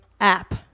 app